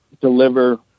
deliver